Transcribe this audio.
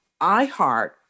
iHeart